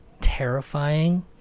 terrifying